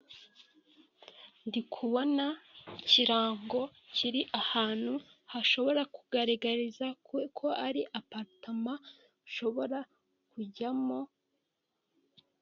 Ndikubona ikirango kiri ahantu hashobora kugaragariza ko ari aparitema nshobora kujyamo.